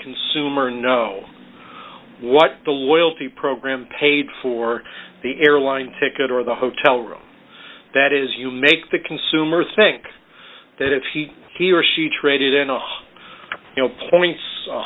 consumer know what the loyalty program paid for the airline ticket or the hotel room that is you make the consumer think that if he he or she traded in a high points